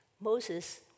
Moses